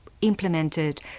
implemented